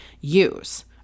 use